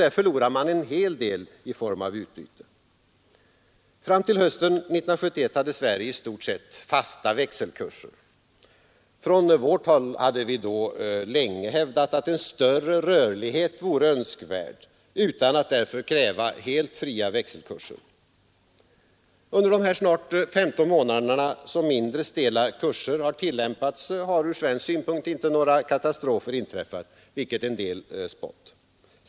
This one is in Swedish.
Där förlorar man en hel del i form av utbyte. Fram till hösten 1971 hade Sverige i stort sett fasta växelkurser. Från vårt håll hade vi då länge hävdat att en större rörlighet vore önskvärd, utan att därför kräva helt fria växelkurser. Under de snart 15 månader som mindre stela kurser tillämpats har ur svensk synpunkt inte några katastrofer inträffat, vilket en del spått.